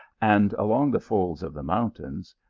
and along the folds of the mountains,